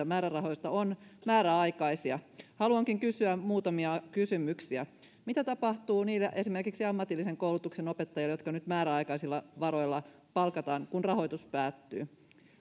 määrärahoista on määräaikaisia haluankin kysyä muutamia kysymyksiä mitä tapahtuu esimerkiksi niille ammatillisen koulutuksen opettajille jotka nyt määräaikaisilla varoilla palkataan kun rahoitus päättyy